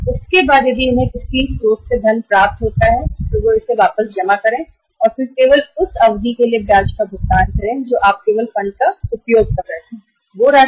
इसके बाद यदि किसी अन्य स्रोत से फंड प्राप्त करती है तो इसे वापस जमा कर दें और फिर केवल उस अवधि के लिए ब्याज का भुगतान करें जितने के लिए फंड का उपयोग किया है और जितना फंड इस्तेमाल किया है